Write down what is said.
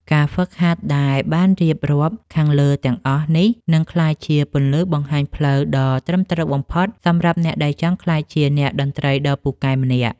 ការហ្វឹកហាត់ដែលបានរៀបរាប់ខាងលើទាំងអស់នេះនឹងក្លាយជាពន្លឺបង្ហាញផ្លូវដ៏ត្រឹមត្រូវបំផុតសម្រាប់អ្នកដែលចង់ក្លាយជាអ្នកតន្ត្រីដ៏ពូកែម្នាក់។